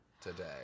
today